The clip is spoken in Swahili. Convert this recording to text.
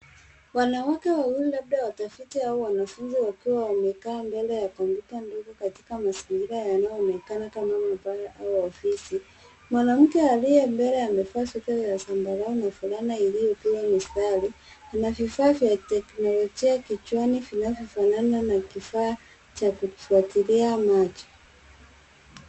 Wanawake wawili labda watafiti au wanafunzi wakiwa wamekaa mbele ya kompyuta ndogo katika mazingira yanayoonekana kama maabara au ofisi. Mwanamke aliye mbele amevaa sweta ya zambarau na fulana iliyopigwa mistari na vifaa vya teknolojia kichwani vinavyofanana na kifaa cha kufuatilia macho.